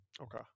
Okay